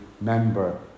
member